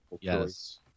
yes